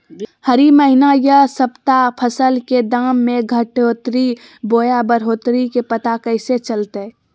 हरी महीना यह सप्ताह फसल के दाम में घटोतरी बोया बढ़ोतरी के पता कैसे चलतय?